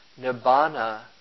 Nibbana